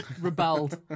rebelled